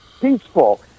peaceful